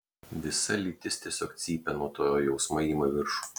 visa lytis tiesiog cypia nuo to jausmai ima viršų